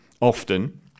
often